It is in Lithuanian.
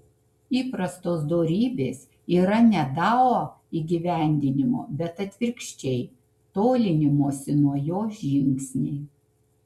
įprastos dorybės yra ne dao įgyvendinimo bet atvirkščiai tolinimosi nuo jo žingsniai